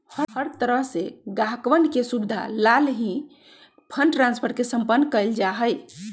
हर तरह से ग्राहकवन के सुविधा लाल ही फंड ट्रांस्फर के सम्पन्न कइल जा हई